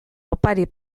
opari